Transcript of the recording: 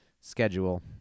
schedule